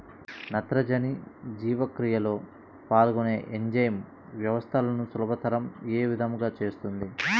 నత్రజని జీవక్రియలో పాల్గొనే ఎంజైమ్ వ్యవస్థలను సులభతరం ఏ విధముగా చేస్తుంది?